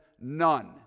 none